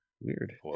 weird